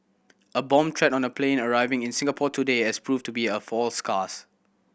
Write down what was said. a bomb threat on a plane arriving in Singapore today has proved to be a false scares